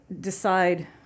decide